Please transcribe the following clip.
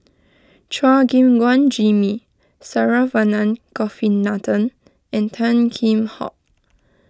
Chua Gim Guan Jimmy Saravanan Gopinathan and Tan Kheam Hock